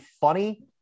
funny